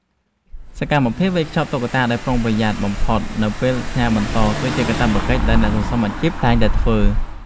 សកម្មភាពវេចខ្ចប់តុក្កតាដោយប្រុងប្រយ័ត្នបំផុតនៅពេលផ្ញើលក់បន្ត គឺជាកាតព្វកិច្ចដែលអ្នកសន្សំអាជីពតែងតែធ្វើ។